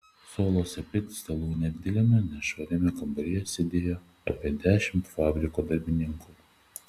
suoluose prie stalų nedideliame nešvariame kambaryje sėdėjo apie dešimt fabriko darbininkų